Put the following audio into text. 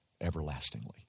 everlastingly